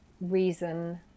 reason